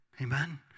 Amen